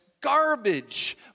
garbage